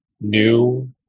new